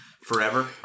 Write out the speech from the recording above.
forever